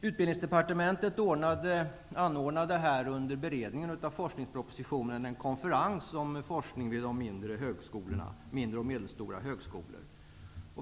Utbildningsdepartementet anordnade under beredningen av forskningspropositionen en konferens om forskningen vid de mindre och medelstora högskolorna.